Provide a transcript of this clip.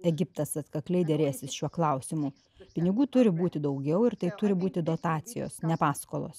egiptas atkakliai derėsis šiuo klausimu pinigų turi būti daugiau ir tai turi būti dotacijos ne paskolos